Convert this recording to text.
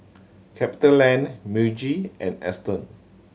CapitaLand Meiji and Aston